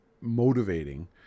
motivating